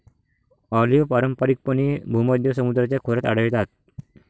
olive पारंपारिकपणे भूमध्य समुद्राच्या खोऱ्यात आढळतात